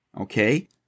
okay